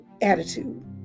attitude